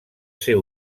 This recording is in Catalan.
ser